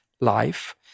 life